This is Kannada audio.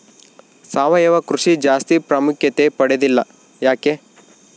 ಸಾವಯವ ಕೃಷಿ ಜಾಸ್ತಿ ಪ್ರಾಮುಖ್ಯತೆ ಪಡೆದಿಲ್ಲ ಯಾಕೆ?